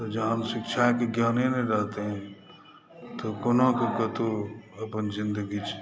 तऽ जहन शिक्षाक ज्ञाने नहि रहतै तऽ कोनाकऽ कतहु अपन जिन्दगी